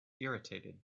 irritated